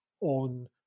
on